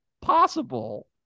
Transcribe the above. possible